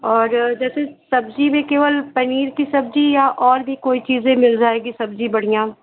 और जैसे सब्ज़ी में केवल पनीर की सब्ज़ी या और भी कोई चीज़ें मिल जाएगी सब्ज़ी बढ़िया